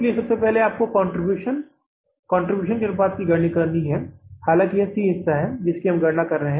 इसलिए सबसे पहले आपको कंट्रीब्यूशन कंट्रीब्यूशन contribution अनुपात की गणना करनी होगी हालांकि यह सी हिस्सा है जिसकी हम गणना कर रहे हैं